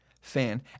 fan